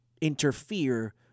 interfere